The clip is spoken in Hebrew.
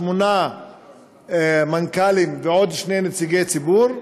שמונה מנכ"לים ועוד שני נציגי ציבור,